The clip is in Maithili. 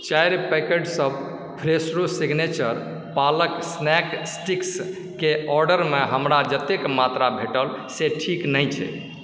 चारि पैकेटसभ फ्रेशो सिग्नेचर पालक स्नैक स्टिक्सके ऑर्डरमे हमरा जतेक मात्रा भेटल से ठीक नहि छै